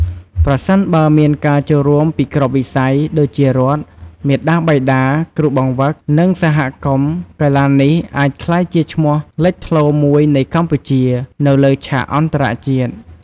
ប្រសិនបើមានការចូលរួមពីគ្រប់វិស័យ ដូចជារដ្ឋ មាតាបិតា គ្រូបង្វឹក និងសហគមន៍ កីឡានេះអាចក្លាយជាឈ្មោះលេចធ្លោមួយនៃកម្ពុជា នៅលើឆាកអន្តរជាតិ។